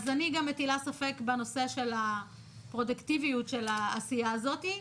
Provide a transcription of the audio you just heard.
אז אני גם מטילה ספק בפרודוקטיביות של העשייה הזאת.